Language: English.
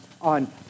on